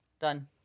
done